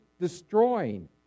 destroying